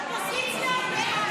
(קורא בשמות חברי הכנסת)